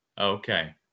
Okay